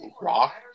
Rock